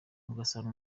ugasanga